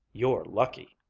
you're lucky!